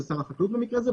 זה שר החקלאות במקרה הזה,